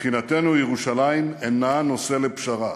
מבחינתנו ירושלים אינה נושא לפשרה,